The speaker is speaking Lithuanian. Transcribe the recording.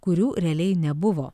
kurių realiai nebuvo